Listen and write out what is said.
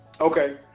Okay